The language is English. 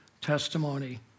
testimony